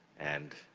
and,